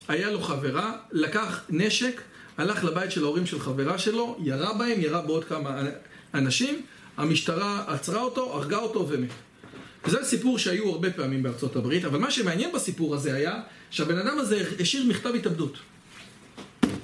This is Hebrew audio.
היה לו חברה, לקח נשק, הלך לבית של ההורים של חברה שלו, ירה בהם, ירה בעוד כמה אנשים, המשטרה עצרה אותו, הרגה אותו ומת. וזה סיפור שהיו הרבה פעמים בארצות הברית, אבל מה שמעניין בסיפור הזה היה שהבן אדם הזה השאיר מכתב התאבדות.